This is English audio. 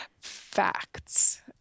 facts